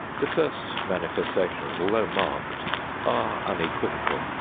the first manifestations, although marked, are unequivocal.